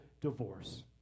divorce